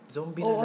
Zombie